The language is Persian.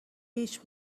هیچ